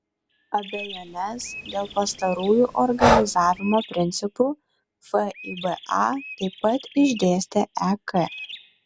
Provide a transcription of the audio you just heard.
abejones dėl pastarųjų organizavimo principų fiba taip pat išdėstė ek